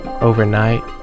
Overnight